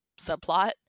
subplot